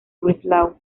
breslau